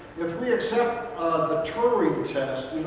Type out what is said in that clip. if we accept the turing test,